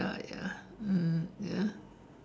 ya ya mm ya